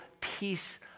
peace